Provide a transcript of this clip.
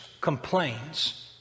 complains